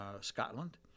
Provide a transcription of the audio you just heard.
Scotland